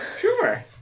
Sure